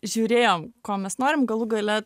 žiūrėjom ko mes norim galų gale